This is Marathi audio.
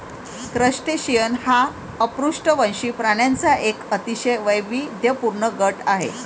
क्रस्टेशियन हा अपृष्ठवंशी प्राण्यांचा एक अतिशय वैविध्यपूर्ण गट आहे